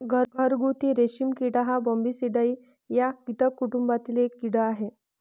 घरगुती रेशीम किडा हा बॉम्बीसिडाई या कीटक कुटुंबातील एक कीड़ा आहे